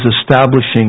establishing